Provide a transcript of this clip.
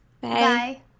Bye